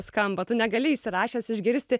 skamba tu negali įsirašęs išgirsti